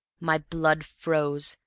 my blood froze.